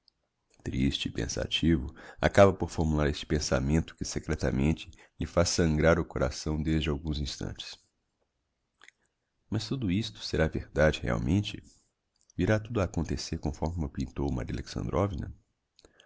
triste e pensativo acaba por formular este pensamento que secretamente lhe faz sangrar o coração desde alguns instantes mas tudo isto será verdade realmente virá tudo a acontecer conforme m'o pintou